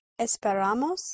esperamos